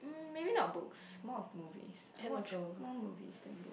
mm maybe not books more of movies I watch more movies than book